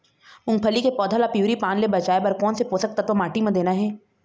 मुंगफली के पौधा ला पिवरी पान ले बचाए बर कोन से पोषक तत्व माटी म देना हे?